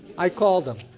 i called him.